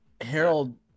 Harold